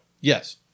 Yes